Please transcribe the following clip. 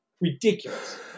ridiculous